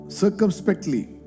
circumspectly